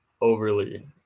overly